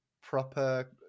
proper